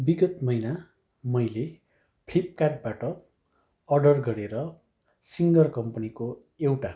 बिगत महिना मैले फ्लिपकार्टबाट अर्डर गरेर सिङ्गर कम्पनीको एउटा